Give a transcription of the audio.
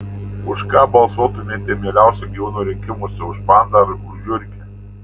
už ką balsuotumėte mieliausio gyvūno rinkimuose už pandą ar už žiurkę